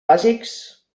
bàsics